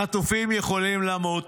החטופים יכולים למות,